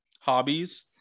hobbies